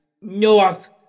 North